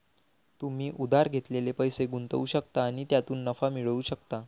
तुम्ही उधार घेतलेले पैसे गुंतवू शकता आणि त्यातून नफा मिळवू शकता